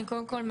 קודם כול,